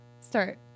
start